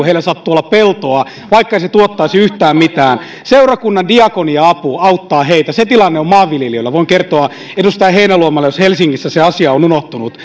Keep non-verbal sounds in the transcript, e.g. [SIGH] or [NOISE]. [UNINTELLIGIBLE] heillä sattuu olemaan peltoa vaikka se ei tuottaisi yhtään mitään seurakunnan diakonia apu auttaa heitä se tilanne on maanviljelijöillä voin kertoa edustaja heinäluomalle jos helsingissä se asia on unohtunut [UNINTELLIGIBLE]